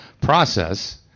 process